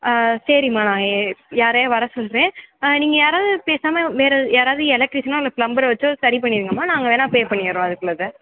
சரிமா நான் ஏ யாரையா வரச் சொல்கிறேன் நீங்கள் யாராவது பேசமால் வேற யாராவது எலக்ட்ரீஷனோ இல்லை ப்ளம்பரை வச்சு அதை சரி பண்ணிடுங்கம்மா நாங்கள் வேணால் பேப் பண்ணிடுறோம் அதுக்குள்ளதை